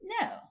No